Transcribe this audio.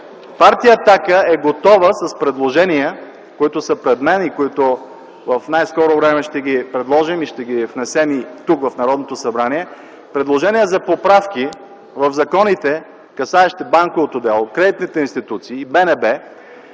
Партия „Атака” е готова с предложения, които са пред мен и в най скоро време ще ги внесем и предложим тук, в Народното събрание, предложения за поправки в законите, касаещи банковото дело, кредитните институции и БНБ.